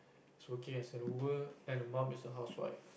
is working as a mover then the mom is a housewife